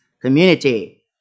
community